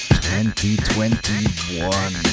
2021